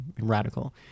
radical